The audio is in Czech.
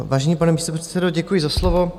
Vážený pane místopředsedo, děkuji za slovo.